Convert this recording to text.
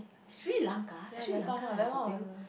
Sri-Lanka Sri-Lanka has a whale